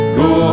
go